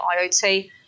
IoT